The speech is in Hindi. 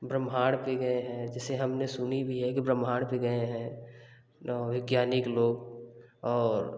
ब्रह्माण्ड पे गए हैँ जैसे हमने सुनी भी है कि ब्रह्माण्ड पे गए हैं वैज्ञानिक लोग और